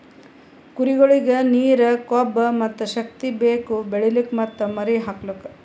ಕುರಿಗೊಳಿಗ್ ನೀರ, ಕೊಬ್ಬ ಮತ್ತ್ ಶಕ್ತಿ ಬೇಕು ಬೆಳಿಲುಕ್ ಮತ್ತ್ ಮರಿ ಹಾಕಲುಕ್